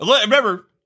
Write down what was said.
Remember